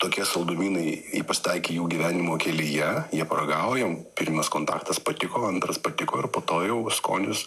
tokie saldumynai jie pasitaikė jų gyvenimo kelyje jie paragaujam pirmas kontaktas patiko antras patiko ir po to jau skonis